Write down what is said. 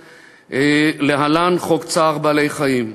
להלן: חוק צער בעלי-חיים.